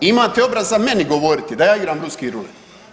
Imate obraza meni govoriti da ja igram ruski rulet.